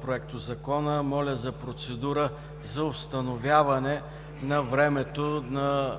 Проектозакона, моля за процедура за установяване на времето на